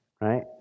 right